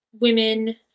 women